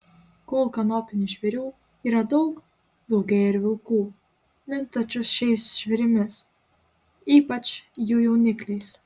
kol kanopinių žvėrių yra daug daugėja ir vilkų mintančių šiais žvėrimis ypač jų jaunikliais